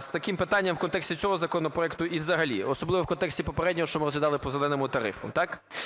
з таким питанням в контексті цього законопроекту і взагалі особливо в контексті попереднього, що ми розглядали по "зеленому" тарифу.